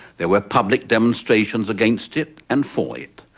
there were public demonstrations against it and for it.